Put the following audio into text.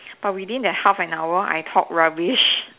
but within that half an hour I talk rubbish